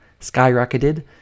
skyrocketed